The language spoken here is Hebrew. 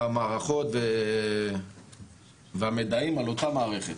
המערכות והמידעים על אותה מערכת,